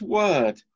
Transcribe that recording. word